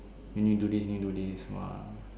you need do this you need do this !wah!